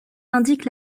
indique